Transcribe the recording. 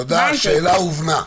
תודה, השאלה הובנה.